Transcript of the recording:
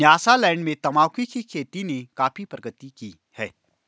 Nyasaland में तंबाकू की खेती ने काफी प्रगति की है